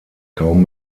kaum